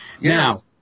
Now